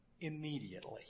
immediately